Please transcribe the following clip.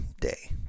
day